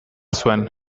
zuen